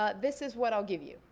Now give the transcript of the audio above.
ah this is what i'll give you.